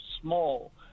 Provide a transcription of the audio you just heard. small